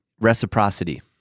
reciprocity